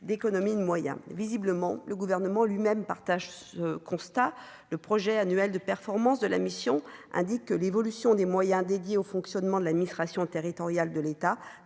d'économie de moyens, visiblement le gouvernement lui-même partage ce constat, le projet annuel de performance de la mission, indique que l'évolution des moyens dédiés au fonctionnement de l'administration territoriale de l'État,